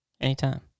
anytime